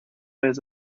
his